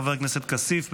חבר הכנסת כסיף.